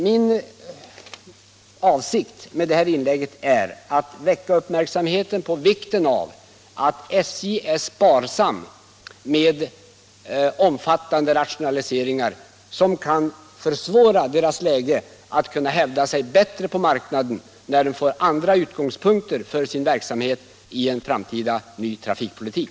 Min avsikt med det här inlägget är att fästa uppmärksamheten på vikten av att man inom SJ är sparsam med omfattande rationaliseringar som kan försvåra SJ:s läge och SJ:s möjligheter att hävda sig bättre på marknaden när SJ får andra utgångspunkter för sin verksamhet i en framtida ny trafikpolitik.